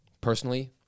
personally